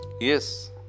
Yes